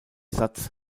satz